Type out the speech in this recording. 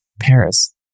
Paris